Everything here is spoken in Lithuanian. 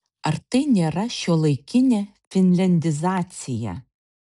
ar tai nėra šiuolaikinė finliandizacija